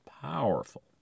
powerful